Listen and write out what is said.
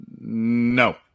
No